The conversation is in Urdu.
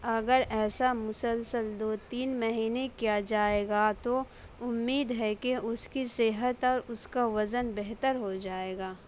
اگر ایسا مسلسل دو تین مہینے کیا جائے گا تو امید ہے کہ اس کی صحت اور اس کا وزن بہتر ہو جائے گا